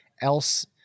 else